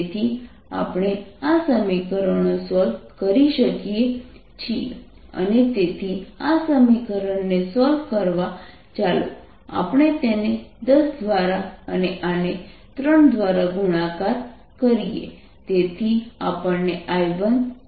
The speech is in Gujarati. તેથી આપણે આ સમીકરણો સોલ્વ કરી શકીએ છીએ અને તેથી આ સમીકરણને સોલ્વ કરવા ચાલો આપણે તેને 10 દ્વારા અને આને 3 દ્વારા ગુણાકાર કરીએ તેથી આપણે I1 દૂર કરી શકીએ